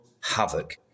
havoc